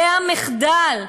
זה המחדל,